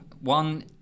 one